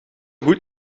goed